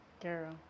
Girl